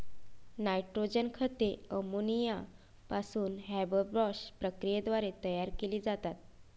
nitrogen खते ammonia पासून हॅबरबॉश प्रक्रियेद्वारे तयार केली जातात